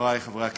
חברי חברי הכנסת,